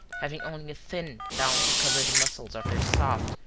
having only a thin down to cover the muscles of their soft,